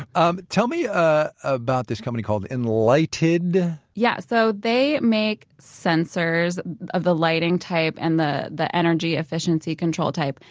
um tell me ah about this company called enlighted yeah, so they make sensors of the lighting type and the the energy efficiency control type.